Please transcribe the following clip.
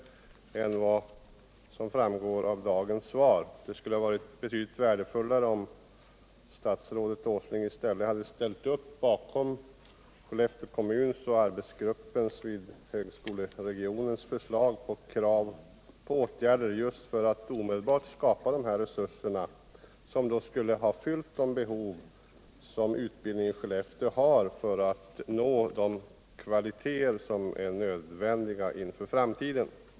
Betydligt värdefullare än att nu överlämna frågan till en utredning hade det varit om statsrådet Åsling hade ställt upp bakom förslaget från Skellefteå kommun och arbetsgruppen inom högskoleregionen om åtgärder för att omedelbart skapa de resurser som krävs för att utbildningen i Skellefteå skall få den kvalitet som är nödvändig inför framtiden.